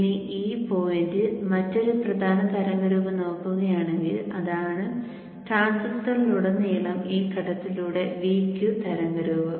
ഇനി ഈ പോയിന്റിൽ മറ്റൊരു പ്രധാന തരംഗരൂപം നോക്കുകയാണെങ്കിൽ അതാണ് ട്രാൻസിസ്റ്ററിലുടനീളം ഈ ഘട്ടത്തിലുള്ള Vq തരംഗരൂപം